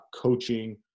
coaching